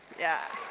yeah.